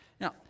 Now